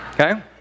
okay